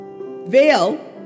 veil